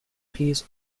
peas